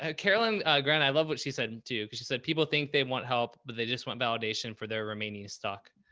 ah carolyn, i love what she said and too, cause she said, people think they want help, but they just want validation for their remaining stock.